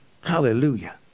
hallelujah